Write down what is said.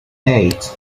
eight